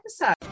episode